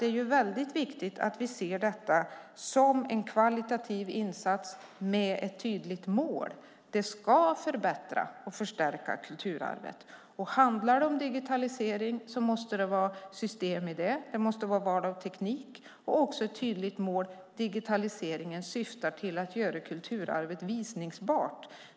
Det är viktigt att vi ser detta som en kvalitativ insats med ett tydligt mål, nämligen att det ska förbättra och förstärka kulturarvet. Handlar det om digitalisering, måste det finnas system för det, och det måste ske val av teknik. Dessutom måste det finnas ett tydligt mål med digitaliseringen; den ska syfta till att göra kulturarvet visningsbart.